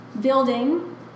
building